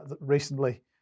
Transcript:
recently